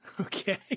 Okay